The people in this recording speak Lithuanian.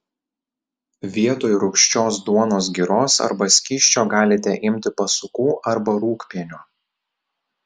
vietoj rūgščios duonos giros arba skysčio galite imti pasukų arba rūgpienio